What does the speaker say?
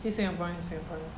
he's singaporean he's singaporean